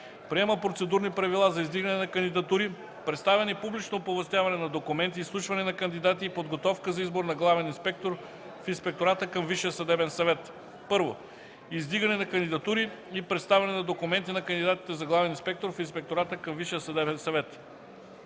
Приема Процедурни правила за издигане на кандидатури, представяне и публично оповестяване на документи, изслушване на кандидати и подготовка за избор на главен инспектор в Инспектората към Висшия съдебен съвет: 1. Издигане на кандидатури и представяне на документи на кандидатите за главен инспектор в Инспектората към